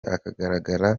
akagaragara